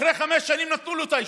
אחרי חמש שנים נתנו לו את האישור,